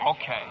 Okay